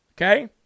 okay